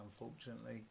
unfortunately